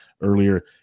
earlier